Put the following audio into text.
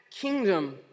kingdom